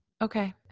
Okay